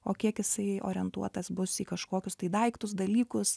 o kiek jisai orientuotas bus į kažkokius tai daiktus dalykus